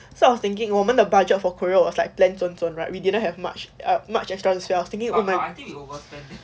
sort of thinking 我们的 budget for korea was like plan 准准 right we didn't have much much extra to spend there